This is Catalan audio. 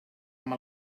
amb